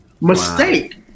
mistake